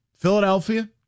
Philadelphia